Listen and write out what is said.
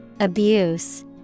Abuse